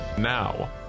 Now